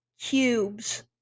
Cubes